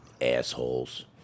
Assholes